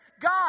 God